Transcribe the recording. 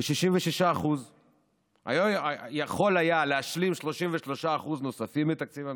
ב-66%; יכול היה להשלים 33% נוספים מתקציב המדינה,